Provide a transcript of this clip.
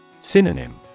Synonym